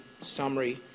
summary